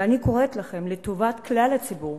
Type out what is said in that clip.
ואני קוראת לכם לטובת כלל הציבור